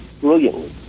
brilliantly